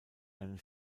einen